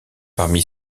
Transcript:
parmi